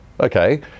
Okay